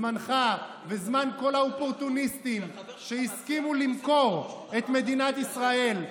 זמנך וזמן כל האופורטוניסטים שהסכימו למכור את מדינת ישראל.